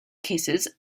cases